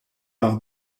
par